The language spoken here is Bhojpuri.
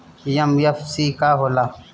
एम.एफ.सी का हो़ला?